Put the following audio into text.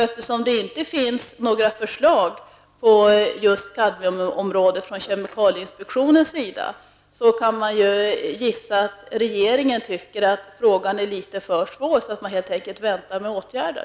Eftersom det inte finns några förslag på kadmiumområdet från kemikalieinspektionen, kan man gissa att regeringen anser att frågan är litet för svår, och att man helt enkelt väntar med åtgärder.